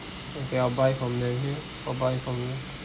okay I'll buy from them okay I'll buy from you